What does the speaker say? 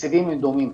התקציבים הם דומים,